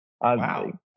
Wow